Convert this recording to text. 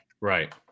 Right